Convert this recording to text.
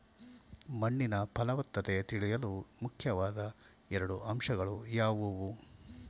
ಮಣ್ಣಿನ ಫಲವತ್ತತೆ ತಿಳಿಯಲು ಮುಖ್ಯವಾದ ಎರಡು ಅಂಶಗಳು ಯಾವುವು?